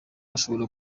ashobora